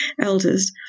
elders